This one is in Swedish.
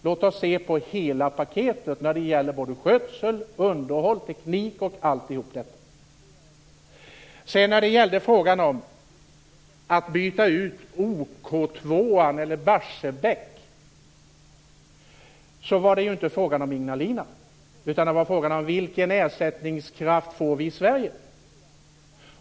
Låt oss se på hela paketet. Det gäller både skötsel, underhåll och teknik. När det var fråga om att byta ut OK 2 eller Barsebäck gällde det ju inte Ignalina. Det var frågan om vilken ersättningskraft vi får i Sverige.